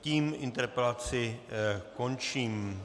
Tím interpelaci končím.